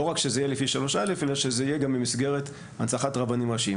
לא רק שזה יהיה לפי 3(א) אלא שזה יהיה גם במסגרת הנצחת רבנים ראשיים,